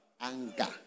anger